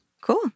Cool